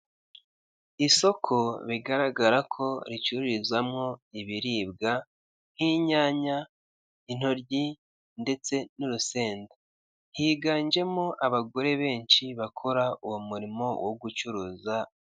Isoko bigaragara ko ricururizwamo ibiribwa, nk'inyanya, intoryi n'urusenda. Higanjemo abagore benshi bakora uwo murimo wo gucuruza.